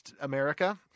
America